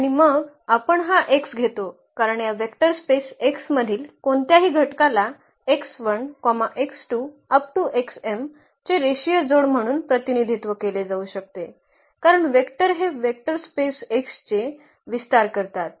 आणि मग आपण हा x घेतो कारण या वेक्टर स्पेस x मधील कोणत्याही घटकाला चे रेषीय जोड म्हणून प्रतिनिधित्व केले जाऊ शकते कारण वेक्टर हे वेक्टर स्पेस X चे विस्तार करतात